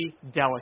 delicate